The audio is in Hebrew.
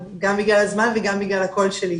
גם בגלל הזמן וגם בגלל הקול שלי.